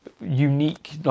unique